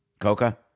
Coca